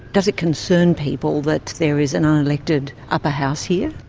does it concern people that there is an unelected upper house here?